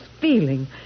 feeling